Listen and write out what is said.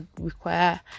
require